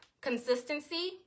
consistency